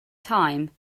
time